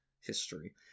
history